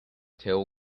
till